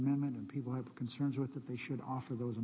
amendment and people have concerns with that they should offer those